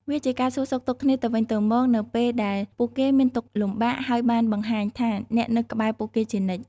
វាជាការសួរសុខទុក្ខគ្នាទៅវិញទៅមកនៅពេលដែលពួកគេមានទុក្ខលំបាក ហើយបានបង្ហាញថាអ្នកនៅក្បែរពួកគេជានិច្ច។